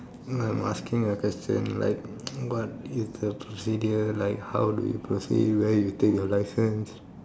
no I am asking a question like what is the procedure like how do you proceed where you take your license